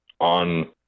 on